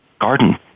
garden